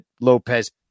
lopez